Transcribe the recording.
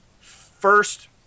first